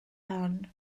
hon